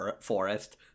forest